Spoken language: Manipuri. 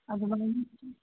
ꯑꯗꯨꯃꯥꯏꯅ